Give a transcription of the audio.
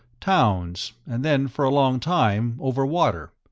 towns, and then for a long time over water.